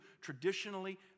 traditionally